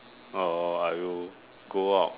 or I would go out